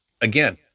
again